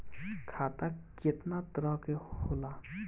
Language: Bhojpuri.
खाता केतना तरह के होला?